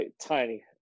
Tiny